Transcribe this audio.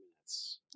minutes